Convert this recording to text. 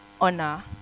honor